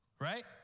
Right